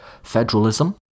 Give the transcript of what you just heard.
Federalism